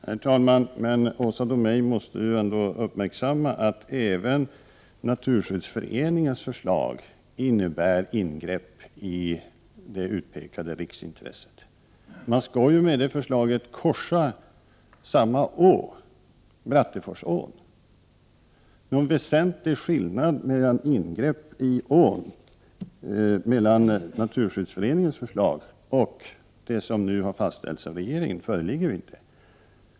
Herr talman! Men Åsa Domeij måste ju ändå uppmärksamma att även Naturskyddsföreningens förslag innebär ingrepp i det utpekade riksintresset. Man skall enligt det förslaget korsa samma å, Bratteforsån. Någon väsentlig skillnad mellan ingrepp i ån när det gäller Naturskyddsföreningens förslag och när det gäller det förslag som har fastställts av regeringen föreligger inte.